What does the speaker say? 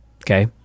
okay